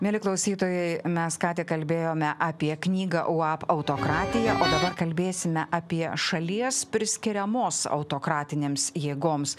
mieli klausytojai mes ką tik kalbėjome apie knygą uab autokratija o dabar kalbėsime apie šalies priskiriamos autokratinėms jėgoms